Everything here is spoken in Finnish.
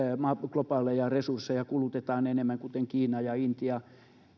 globaaleja resursseja kulutetaan enemmän kuten kiinaa ja intiaa